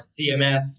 cms